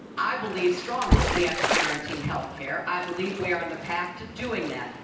i believe strongly we have to guarantee health care. i believe we are on the path to doing that.